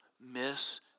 miss